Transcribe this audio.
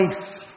life